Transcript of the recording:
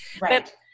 Right